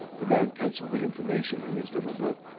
the man penciled the information in his little book.